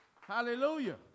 Hallelujah